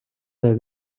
бай